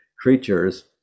creatures